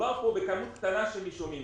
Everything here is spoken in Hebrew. מדובר פה בכמות קטנה של נישומים.